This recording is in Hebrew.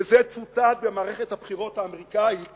וזה צוטט במערכת הבחירות האמריקנית